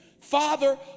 father